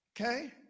Okay